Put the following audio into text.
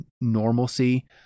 normalcy